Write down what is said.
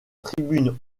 tribune